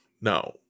no